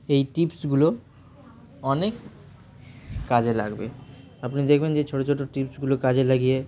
এই টিপসগুলো অনেক কাজে লাগবে আপনি দেখবেন যে ছোটো ছোটো টিপসগুলো কাজে লাগিয়ে